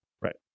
Right